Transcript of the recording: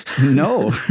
No